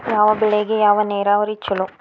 ಯಾವ ಬೆಳಿಗೆ ಯಾವ ನೇರಾವರಿ ಛಲೋ?